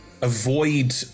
avoid